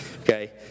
okay